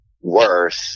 worse